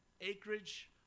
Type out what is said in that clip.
acreage